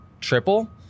triple